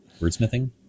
Wordsmithing